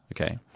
Okay